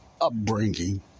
upbringing